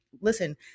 listen